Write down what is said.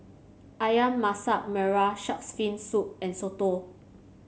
ayam Masak Merah shark's fin soup and soto